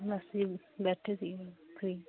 ਬਸ ਜੀ ਬੈਠੇ ਸੀਗੇ ਫ੍ਰੀ